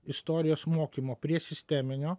istorijos mokymo prie sisteminio